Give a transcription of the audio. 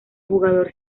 jugador